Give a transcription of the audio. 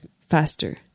faster